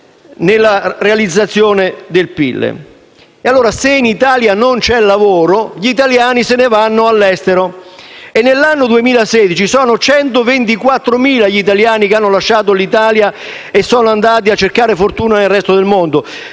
nella realizzazione del PIL. Se in Italia non c'è lavoro, gli italiani se ne vanno all'estero. Nell'anno 2016 sono 124.000 gli italiani che hanno lasciato l'Italia e sono andati a cercare fortuna nel resto del mondo.